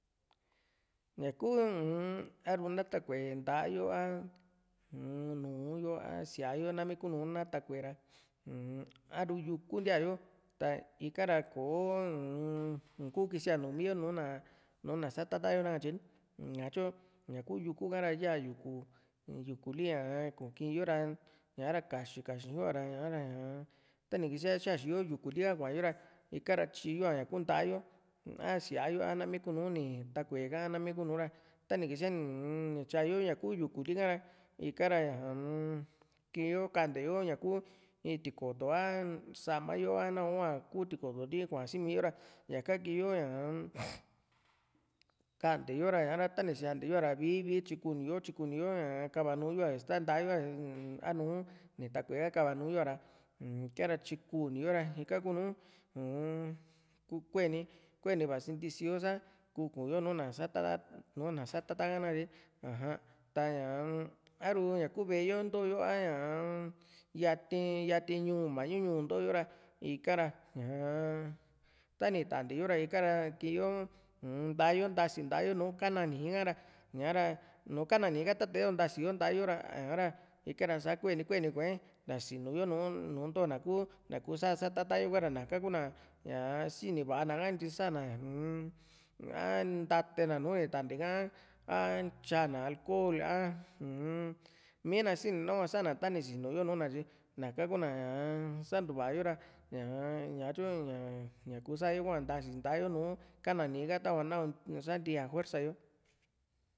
ña kuu uu-m a´ru na tákue´e nta´a yo a nùu yo a síaa yo a nami kuu nùù yo na takue ra a ru yuku ntiaa´yo ta ika ra kò´o uun iku kisia numi yo núu ná satat yo nakatye ni ña´tyu ña kuu yuku ha´ra yá yukuli kukiin yo ra ña´ra kaxi yo a´ra ñaa tani kísiaa xaxi yo yukuli ka kua´yo ra ika ra tyi yo´a ñaa ku nta´a yo a síaa yo a nami ku´nu ni takue ka nami kuu nùù ra tani kísiaa ni tyayo ñaku yukulu ka´ra ikara ñaa-m kii yo kante yo ñakuu in tikoto a sama yo a nahua ku tikotoli mi kuasi´yo ra ñaka kii yo ñaa-m kante yo ra ñáa tani sinte yo´a ra vii vii tyikuni yo tyikuni yo ña kava nuu´yo ista nta´a yo a nùù ni taku´e ka kava nuyo´a ra ika tyikuni yó ra ika kuu nùù uu-m ku kueni kueni vasi ntisiyo sá kuu ku´yo nùù na satata nùù na satata ka nakatye ni aja tañaa-m a´ru ña kuu ve´e yo ntooyo a ña´a yati yati ñuu mañu ñuu intoyo ra ika ra ñaa tani tante yo ra ika ra kii´yo u-n nta´a yo ntasi nta´a yo nùù kana nìi ka´ra ña´ra nu kana nìi ka tate´só ntasi yo nta´a yo ra ika ra suke ni kueni kua´e nta sinu yo nùù ntona ku kú sá stata yo ka´ra naka kuna ñaa sini va´a naka intyi sa´na u-m a ntatena nùù ni ta´nte ka a tyana alcohol a uu-m mina sini nahua sa´na tani sinu yo nùù ná tyi naka kuna ñaa san´tu va´a yo ra ñaa ñatyu ña kuu hua ntasi nta´a yo nùù ka´na níi ha tava na ni santi´a juersa yo